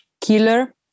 killer